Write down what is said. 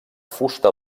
fusta